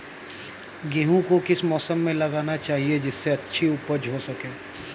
गेहूँ को किस मौसम में लगाना चाहिए जिससे अच्छी उपज हो सके?